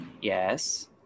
Yes